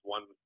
One